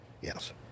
Yes